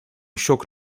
shock